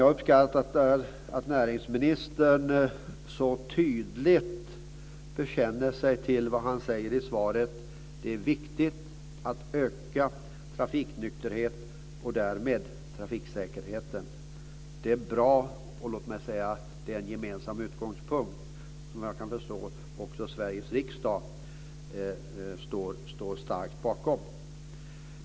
Jag uppskattar att näringsministern så tydligt bekänner sig till vad han säger i svaret, att det är viktigt "att öka trafiknykterheten och därmed trafiksäkerheten". Det är bra. Låt mig säga att det är en gemensam utgångspunkt, som jag kan förstå att också Sveriges riksdag står starkt bakom.